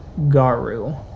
Garu